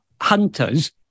hunters